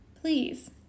please